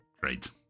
Great